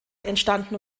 entstanden